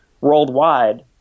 worldwide